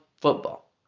football